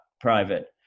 private